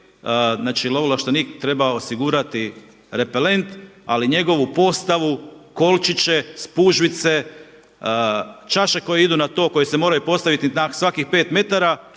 ovlaštenik treba osigurati repelent, ali njegovu postavu, kolčiće, spužvice, čaše koje idu na to koje se moraju postaviti na svakih pet metara